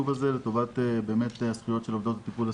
לטובת הזכויות של עובדות בטיפול הסיעודי,